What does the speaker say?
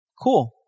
Cool